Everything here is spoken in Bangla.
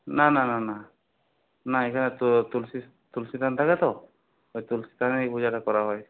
না না না না না এখানে তো তুলসী তুলসী থান থাকে তো ওই তুলসী থানেই এই পুজাটা করা হয়